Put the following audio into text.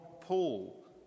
Paul